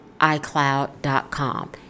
iCloud.com